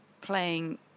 playing